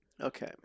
Okay